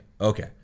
Okay